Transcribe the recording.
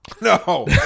No